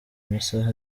amasaha